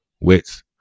wits